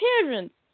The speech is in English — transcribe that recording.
parents